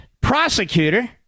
prosecutor